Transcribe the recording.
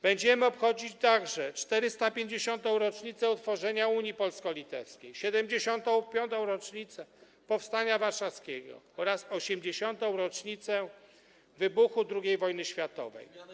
Będziemy obchodzić także 450. rocznicę utworzenia unii polsko-litewskiej, 75. rocznicę powstania warszawskiego oraz 80. rocznicę wybuchu II wojny światowej.